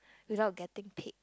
without getting paid